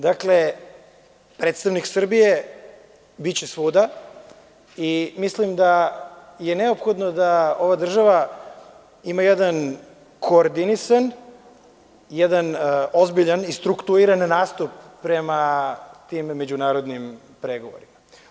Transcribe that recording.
Dakle, predstavnik Srbije biće svuda i mislim da je neophodno da ova država ima jedan koordinisan, jedan ozbiljan i struktuiran nastup prema tim međunarodnim pregovorima.